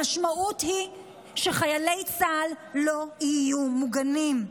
המשמעות היא שחיילי צה"ל לא יהיו מוגנים.